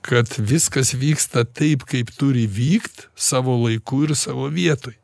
kad viskas vyksta taip kaip turi vykt savo laiku ir savo vietoj